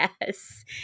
Yes